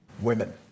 Women